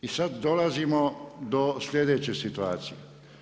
I sad dolazimo do sljedeće situacije.